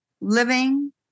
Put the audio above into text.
living